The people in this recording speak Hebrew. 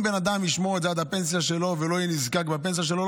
אם בן אדם ישמור את זה עד הפנסיה שלו ולא יהיה נזקק בפנסיה שלו,